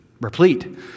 replete